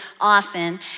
often